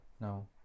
No